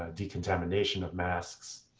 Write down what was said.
ah decontamination of masks.